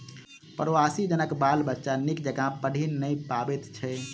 प्रवासी जनक बाल बच्चा नीक जकाँ पढ़ि नै पबैत छै